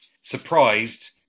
Surprised